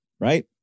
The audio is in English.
Right